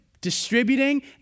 distributing